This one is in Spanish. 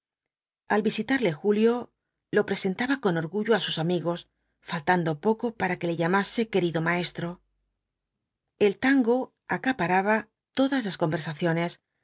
al visitarle julio lo presentaba con orgullo á sus amigos faltando poco para que le llamase querido maestro el tango acaparaba todas las conversaciones